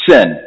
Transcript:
Sin